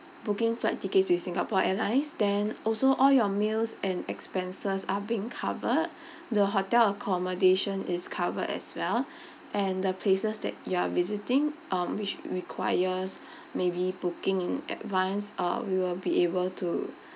booking flight tickets with singapore airlines then also all your meals and expenses are being covered the hotel accommodation is covered as well and the places that you are visiting um which requires maybe booking in advance uh we will be able to